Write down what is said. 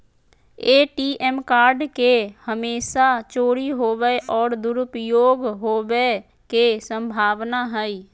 ATM card के हमेशा चोरी होवय और दुरुपयोग होवेय के संभावना हइ